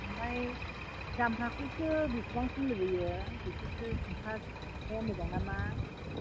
ओमफाय दामफ्राखौसो बेसेबांसिम लुबैयो बेखौसो सोंखानाया मोजां नामा